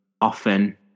often